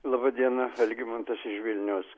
laba diena algimantas iš vilniaus